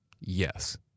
Yes